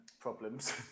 problems